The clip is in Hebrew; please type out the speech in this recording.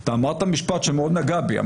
אתה אמרת משפט שמאוד נגע בי.